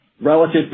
Relative